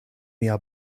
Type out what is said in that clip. mia